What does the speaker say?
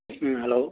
hello